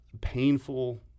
painful